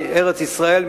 מארץ-ישראל,